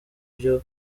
iryo